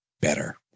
better